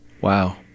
Wow